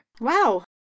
Wow